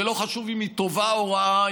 ולא חשוב אם היא טובה או רעה,